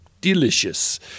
delicious